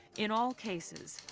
in all cases,